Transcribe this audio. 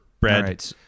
bread